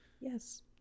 yes